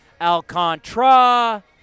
Al-Contra